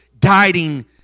guiding